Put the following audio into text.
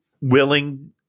willing